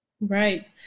Right